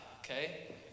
okay